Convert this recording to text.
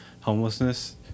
homelessness